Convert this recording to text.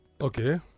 okay